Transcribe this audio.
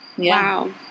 wow